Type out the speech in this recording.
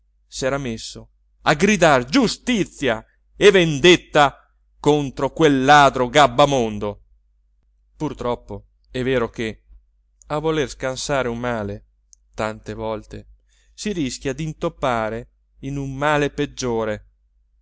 capelli s'era messo a gridar giustizia e vendetta contro quel ladro gabbamondo purtroppo è vero che a voler scansare un male tante volte si rischia d'intoppare in un male peggiore